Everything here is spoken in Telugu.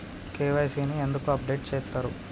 కే.వై.సీ ని ఎందుకు అప్డేట్ చేత్తరు?